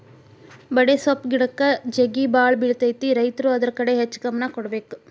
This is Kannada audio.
ಬಡೆಸ್ವಪ್ಪ್ ಗಿಡಕ್ಕ ಜೇಗಿಬಾಳ ಬಿಳತೈತಿ ರೈತರು ಅದ್ರ ಕಡೆ ಹೆಚ್ಚ ಗಮನ ಕೊಡಬೇಕ